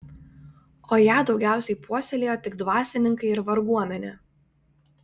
o ją daugiausiai puoselėjo tik dvasininkai ir varguomenė